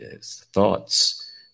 thoughts